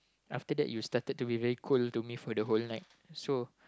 after that you started to be very cold to me for the whole night so